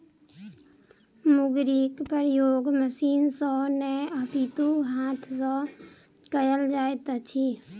मुंगरीक प्रयोग मशीन सॅ नै अपितु हाथ सॅ कयल जाइत अछि